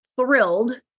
thrilled